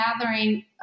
gathering